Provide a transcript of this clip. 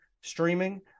streaming